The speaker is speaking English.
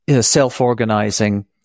self-organizing